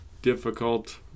Difficult